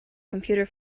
computer